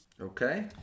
okay